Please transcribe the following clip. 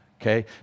okay